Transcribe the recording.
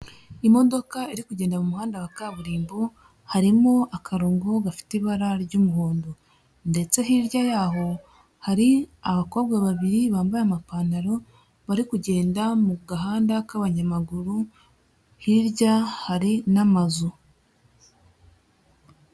Imodoka iri kugenda muhanda wa kaburimbo, harimo akarongo gafite ibara ry'umuhondo ndetse hirya y'aho hari abakobwa babiri bambaye amapantaro, bari kugenda mu gahanda k'abanyamaguru hirya hari n'amazu.